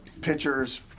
pitchers